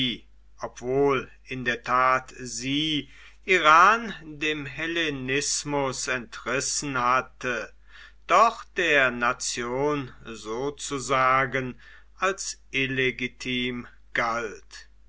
obwohl in der tat sie iran dem hellenismus entrissen hatte doch der nation sozusagen als illegitim galt